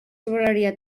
sobraria